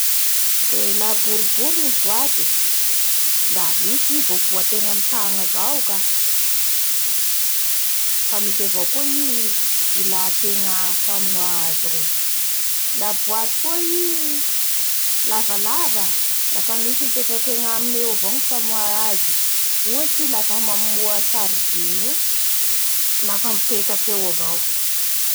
Eee la boribory ny boite ee! la misy i voavoatenga amin'ny tangna avao ka fe misy avao koa i ilategna faha azy reo, la boite koa i lavalava da fa misy mipetaky agnaminy eo avao ny famoha azy, ohatsy af mamoa saridiny io lafa mipetaky eo avao.